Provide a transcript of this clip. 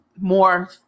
more